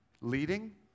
leading